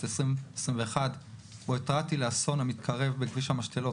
2021 בו התרעתי על האסון המתקרב בכביש המשתלות,